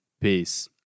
Peace